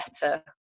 better